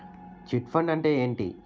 Chit fund అంటే ఏంటి?